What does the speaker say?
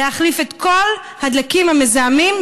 להחליף את כל הדלקים המזהמים,